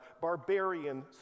barbarian